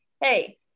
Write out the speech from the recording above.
hey